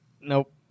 Nope